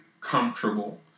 comfortable